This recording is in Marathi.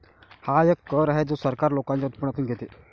हा एक कर आहे जो सरकार लोकांच्या उत्पन्नातून घेते